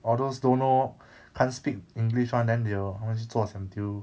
all those don't know can't speak english one then they'll 她们去做 siam diu